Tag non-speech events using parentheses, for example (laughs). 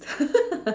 (laughs)